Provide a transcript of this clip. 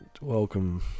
welcome